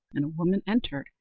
and a woman entered,